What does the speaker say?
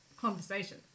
conversation